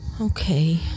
Okay